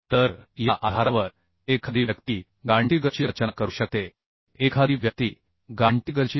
तर या आधारावर एखादी व्यक्ती गांटीगरचीGantigar